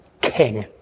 king